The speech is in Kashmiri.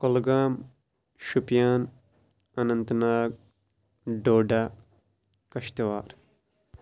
کُلگام شوپیان انٛنتہٕ ناگ ڈوڈا کشتوار